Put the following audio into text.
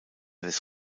des